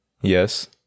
yes